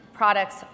products